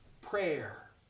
prayer